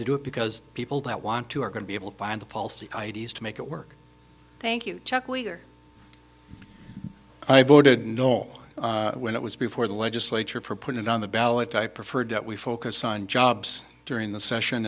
to do it because people that want to are going to be able to find the policy ideas to make it work thank you chuck we're i voted no when it was before the legislature put it on the ballot i preferred that we focus on jobs during the session